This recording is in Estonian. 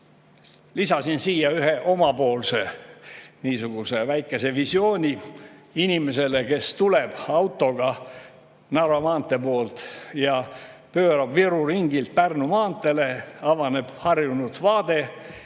Lisasin siia ühe omapoolse niisuguse väikese visiooni inimesele, kes tuleb autoga Narva maantee poolt ja pöörab Viru ringilt Pärnu maanteele. Talle avaneb harjunud vaade.